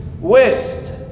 west